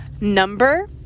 number